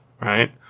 right